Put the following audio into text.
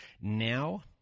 now